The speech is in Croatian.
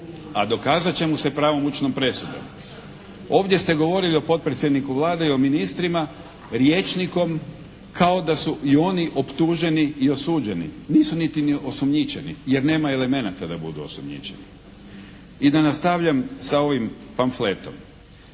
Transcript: A dokazat će mu se pravomoćnom presudom. Ovdje ste govorili o potpredsjedniku Vlade i o ministrima rječnikom kao da su i oni optuženi i osuđeni. Nisu niti osumnjičeni, jer nema elemenata da budu osumnjičeni. I da nastavljam sa ovim pamfletom.